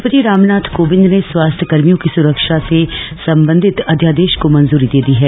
राष्ट्रपति राम नाथ कोविंद ने स्वास्थ्य कर्मियों की सुरक्षा से सम्बन्धित अध्यादेश को मंजूरी दे दी है